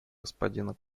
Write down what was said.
господина